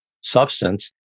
substance